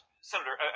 Senator